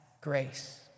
grace